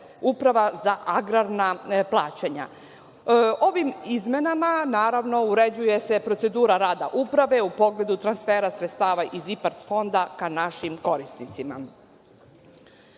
Uprava za agrarna plaćanja. Ovim izmenama uređuje se procedura rada Uprave u pogledu transfera sredstava iz IPARD fonda ka našim korisnicima. Želim